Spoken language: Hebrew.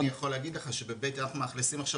אבל אני יכול להגיד לך שמאכלסים עכשיו